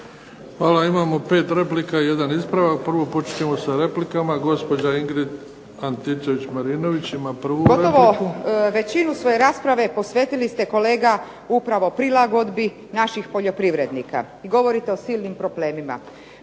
Hvala. Imamo pet replika i jedan ispravak. Prvo, počet ćemo sa replikama, gospođa Ingrid Antičević-Marinović ima prvu repliku. **Antičević Marinović, Ingrid (SDP)** Gotovo većinu svoje rasprave posvetili ste kolega upravo prilagodbi naših poljoprivrednika i govorite o silnim problemima.